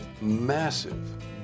massive